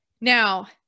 Now